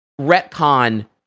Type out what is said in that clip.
retcon